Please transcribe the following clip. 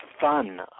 fun